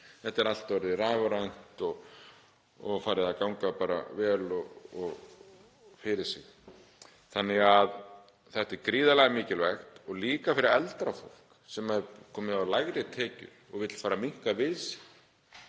Þetta er allt orðið rafrænt og bara farið að ganga vel fyrir sig. Þetta er gríðarlega mikilvægt, líka fyrir eldra fólk sem er komið á lægri tekjur og vill fara að minnka við sig.